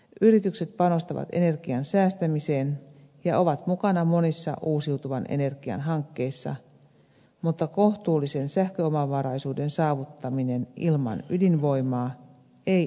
yritykset panostavat energian säästämiseen ja ovat mukana monissa uusiutuvan energian hankkeissa mutta kohtuullisen sähköomavaraisuuden saavuttaminen ilman ydinvoimaa ei ole mahdollista